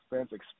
expense